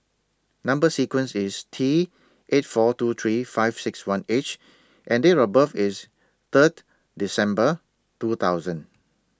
Number sequence IS T eight four two three five six one H and Date of birth IS Third December two thousand